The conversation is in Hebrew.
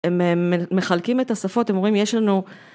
הם מחלקים את השפות, הם אומרים, יש לנו...